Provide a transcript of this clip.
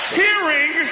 hearing